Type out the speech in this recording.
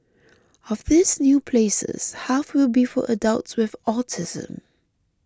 of these new places half will be for adults with autism